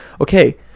okay